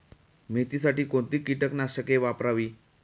मेथीसाठी कोणती कीटकनाशके वापरावी?